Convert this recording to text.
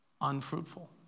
Unfruitful